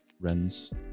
Ren's